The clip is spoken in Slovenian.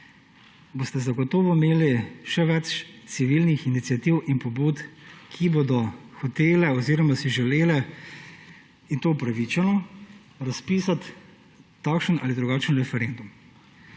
boste zagotovo imeli še več civilnih iniciativ in pobud, ki bodo hotele oziroma si želele ‒ in to upravičeno – razpisati takšen ali drugačen referendum.